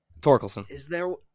Torkelson